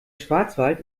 schwarzwald